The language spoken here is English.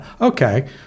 Okay